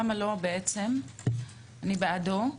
אני בעדו.